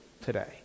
today